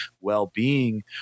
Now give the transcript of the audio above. well-being